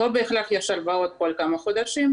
לא בהכרח יש הרבעות כל כמה חודשים,